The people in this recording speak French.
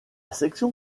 section